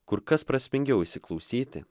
kur kas prasmingiau įsiklausyti